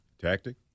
tactic